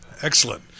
excellent